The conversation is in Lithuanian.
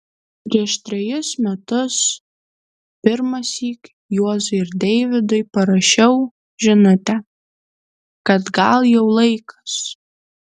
prieš trejus metus pirmąsyk juozui ir deivydui parašiau žinutę kad gal jau laikas